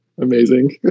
amazing